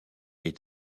est